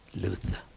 Luther